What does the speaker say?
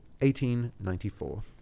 1894